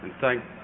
thank